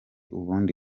ubundi